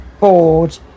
bored